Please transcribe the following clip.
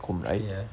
ya